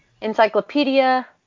Encyclopedia